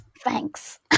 thanks